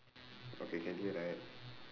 okay can hear right